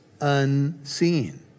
unseen